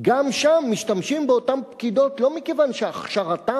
גם שם משתמשים באותן פקידות לא מכיוון שהכשרתן